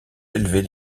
élevée